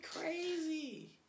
crazy